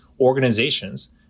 organizations